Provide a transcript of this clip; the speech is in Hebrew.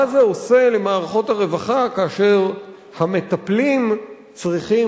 מה זה עושה למערכות הרווחה כאשר המטפלים צריכים,